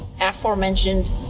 aforementioned